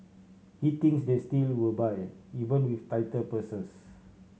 he thinks they still will buy even with tighter purses